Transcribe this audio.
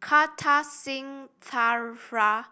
Kartar Singh Thakral